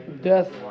Death